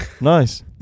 Nice